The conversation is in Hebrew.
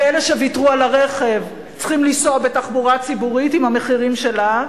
ואלה שוויתרו על הרכב צריכים לנסוע בתחבורה ציבורית עם המחירים שלה.